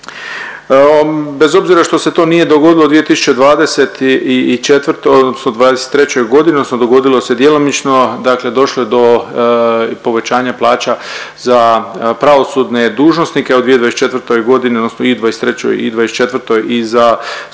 Bez obzira što se to nije dogodilo 2024. odnosno '23.g. odnosno dogodilo se djelomično, dakle došlo je do povećanja plaća za pravosudne dužnosnike u 2024.g. odnosno i u '23. i '24. i za službenike